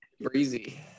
breezy